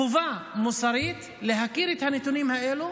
חובה מוסרית להכיר את הנתונים האלו